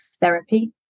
therapy